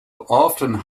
often